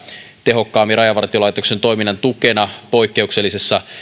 tehokkaammin rajavartiolaitoksen toiminnan tukena poik keuksellisissa